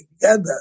together